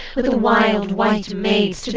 with the wild white maids,